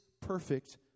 perfect